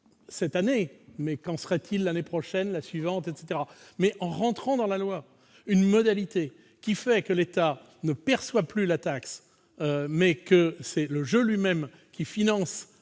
cette année, mais qu'en sera-t-il l'année prochaine et la suivante ? En faisant figurer dans la loi une modalité précisant que l'État ne perçoit plus la taxe, mais que c'est le jeu lui-même qui finance